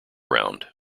round